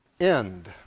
End